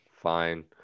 fine